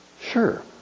Sure